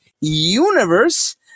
universe